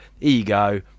ego